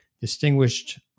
distinguished